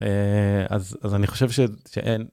אז אני חושב שאין.